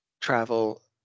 travel